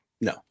No